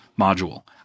module